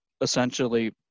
essentially